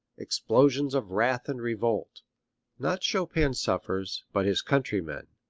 explosions of wrath and revolt not chopin suffers, but his countrymen.